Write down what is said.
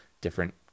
different